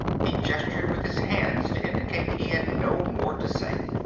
he gestured with his hands to indicate he had no more to say.